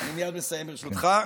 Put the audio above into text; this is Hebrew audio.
אני מייד מסיים, ברשותך.